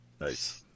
nice